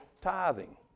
tithing